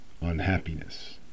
unhappiness